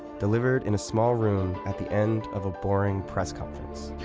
delivered in a small room at the end of a boring press conference.